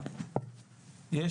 יש